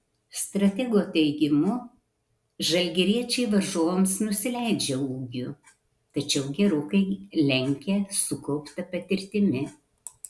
stratego teigimu žalgiriečiai varžovams nusileidžia ūgiu tačiau gerokai lenkia sukaupta patirtimi